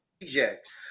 reject